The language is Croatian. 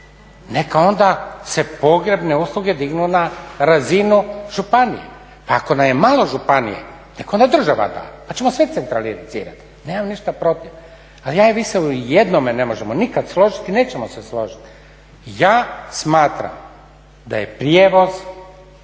Neka onda se pogrebne usluge dignu na razinu županije pa ako nam je malo županije nek onda država da pa ćemo sve centralizirati, nemam ništa protiv. Ali ja i vi se u jednome ne možemo nikad složit i nećemo se složit, ja smatram da je prijevoz